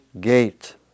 gate